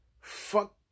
fuck